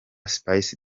spice